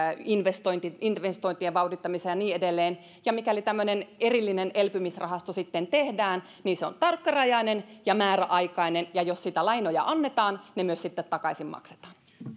investointien investointien vauhdittamiseen ja niin edelleen ja mikäli tämmöinen erillinen elpymisrahasto sitten tehdään niin se on tarkkarajainen ja määräaikainen ja jos siitä lainoja annetaan ne myös sitten takaisin maksetaan